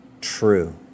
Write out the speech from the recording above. True